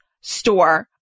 store